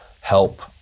help